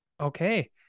Okay